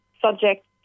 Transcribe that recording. subject